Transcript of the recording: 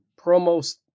promos